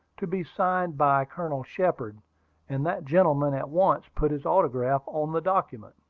to be signed by colonel shepard and that gentleman at once put his autograph on the document.